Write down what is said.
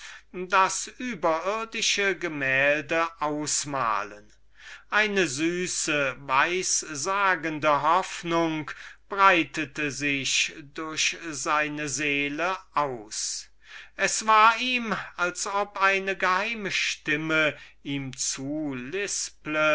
das überirdische gemälde ausmalen eine süße weissagende hoffnung breitete sich durch seine seele aus es war ihm als ob eine geheime stimme ihm zulisple